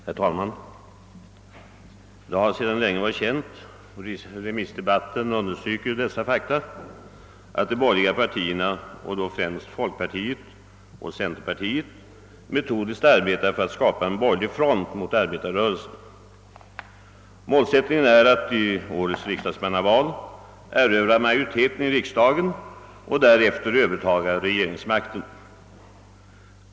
Herr talman! Sedan länge har det varit känt — remissdebatten understryker dessa fakta — att de borgerliga partierna, och då främst folkpartiet och centerpartiet, metodiskt arbetar för att skapa en borgerlig front mot arbetarrörelsen. Målsättningen är att i årets riksdagsmannaval erövra majoriteten i riksdagen och därefter övertaga regeringsmakten.